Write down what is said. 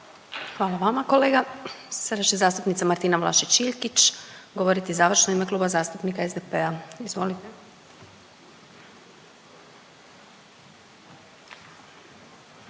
Hvala vama kolega. Sada će zastupnica Martina Vlašić Iljkić govoriti završno u ime Kluba zastupnika SDP-a, izvoli. **Vlašić